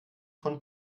von